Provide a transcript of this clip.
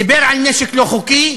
דיבר על נשק לא חוקי,